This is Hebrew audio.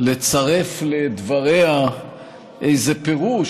לצרף לדבריה איזה פירוש,